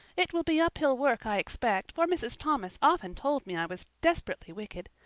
it will be uphill work, i expect, for mrs. thomas often told me i was desperately wicked.